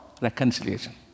reconciliation